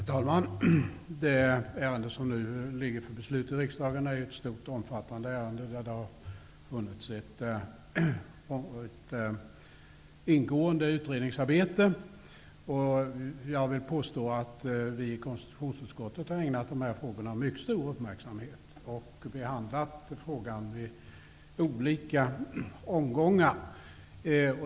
Herr talman! Det ärende som nu ligger för beslut i riksdagen är ett stort och omfattande ärende, där det har gjorts ett ingående utredningsarbete. Jag vill påstå att vi i konstitutionsutskottet har ägnat de här frågorna mycket stor uppmärksamhet, och vi har behandlat frågan i olika omgångar.